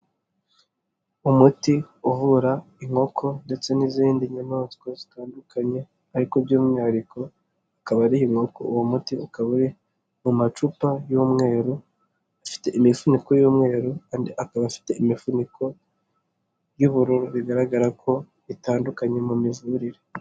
Umuti uvura inkoko ndetse n'izindi nyamaswa zitandukanye ariko by'umwihariko akaba ari inkoko. Uwo muti ukaba uri mu macupa y'umweru afite imifuniko y'umweru andi akaba afite imifuniko y'ubururu, bigaragara ko itandukanye mu mivurire.